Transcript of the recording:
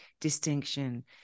distinction